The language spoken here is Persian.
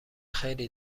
خیلی